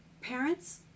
parents